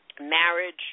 marriage